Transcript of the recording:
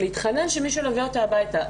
ולהתחנן שמישהו ייקח אותה הביתה.